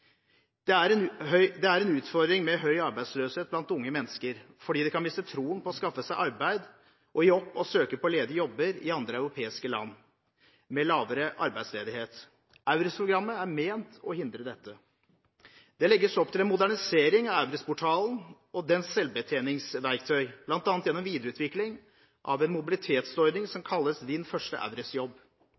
en utfordring med høy arbeidsløshet blant unge mennesker fordi de kan miste troen på å skaffe seg arbeid og gi opp å søke på ledige jobber i andre europeiske land med lavere arbeidsledighet. EURES-programmet er ment å hindre dette. Det legges opp til en modernisering av EURES-portalen og dens selvbetjeningsverktøy. Blant annet gjennom videreutvikling av en mobilitetsordning som kalles Din første